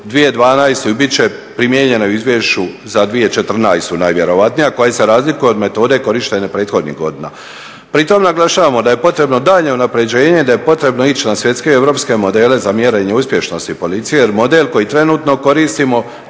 2012. i bit će primijenjena u izvješću za 2014. najvjerojatnije koja se razlikuje od metode korištenja prethodnih godina. Pri tom naglašavamo da je potrebno daljnje unapređenje, da je potrebno ići na svjetske europske modele za mjerenje uspješnosti policije jer model koji trenutno koristimo